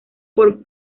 por